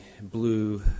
blue